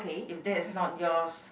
if that is not your's